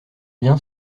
bien